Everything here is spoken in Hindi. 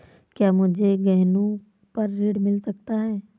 क्या मुझे गहनों पर ऋण मिल सकता है?